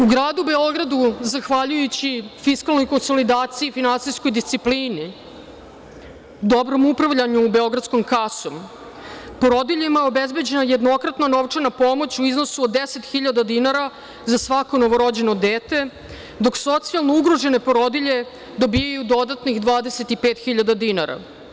U gradu Beogradu, zahvaljujući fiskalnoj konsolidaciji, finansijskoj disciplini, dobrom upravljanju beogradskom kasom, porodiljama je obezbeđena jednokratna novčana pomoć u iznosu od 10.000 dinara za svako novorođeno dete, dok socijalno ugrožene porodilje dobijaju dodatnih 25.000 dinara.